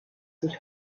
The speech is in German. sich